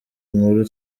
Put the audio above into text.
nkuru